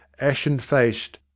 ashen-faced